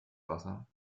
wasser